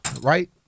right